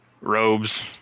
robes